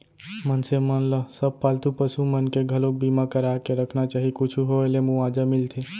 मनसे मन ल सब पालतू पसु मन के घलोक बीमा करा के रखना चाही कुछु होय ले मुवाजा मिलथे